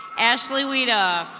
ashley weeda.